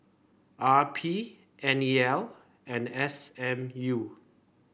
R P N E L and S M U